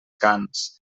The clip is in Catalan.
cants